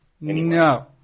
No